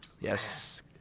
Yes